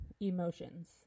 emotions